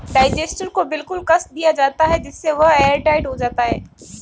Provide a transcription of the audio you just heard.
digester को बिल्कुल कस दिया जाता है जिससे वह एयरटाइट हो जाता है